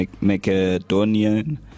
Macedonian